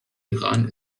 iran